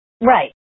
Right